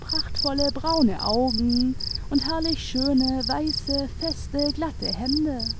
prachtvolle braime augen und herrlich schöne weiße feste glatte hände